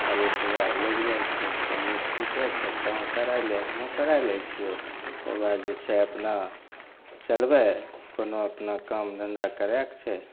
चालीस हजार लागि जाइ छै कहलियै ठीके छै तहुँ कराय ले हमहूँ कराय लै छियौ तकरबाद जे छै अपना चलबय कोनो अपना काम धन्धा करयके छै